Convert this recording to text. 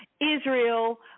Israel